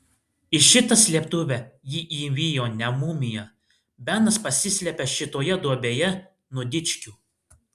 į šitą slėptuvę jį įvijo ne mumija benas pasislėpė šitoje duobėje nuo dičkių